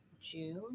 June